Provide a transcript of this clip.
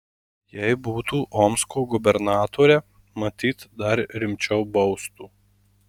jei būtų omsko gubernatore matyt dar rimčiau baustų